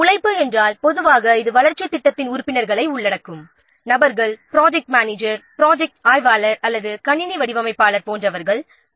உழைப்பு என்றால் வளர்ச்சித் திட்டத்திலுள்ள உறுப்பினர்களை உள்ளடக்கும் அதில் ப்ரொஜெக்ட் மேனேஜர் ப்ரொஜெக்ட் ஆய்வாளர் அல்லது கணினி வடிவமைப்பாளர் போன்றவர்கள் இருப்பர்